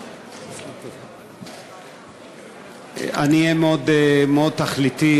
אני אהיה מאוד תכליתי.